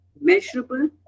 measurable